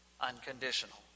unconditional